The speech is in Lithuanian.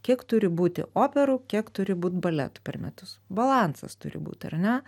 kiek turi būti operų kiek turi būt baletų per metus balansas turi būt ar ne